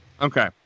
Okay